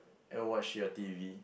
and watch your T_V